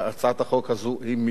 שהצעת החוק הזאת מיותרת,